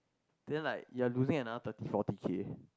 then like you are losing another thirty forty K